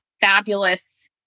fabulous